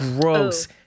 Gross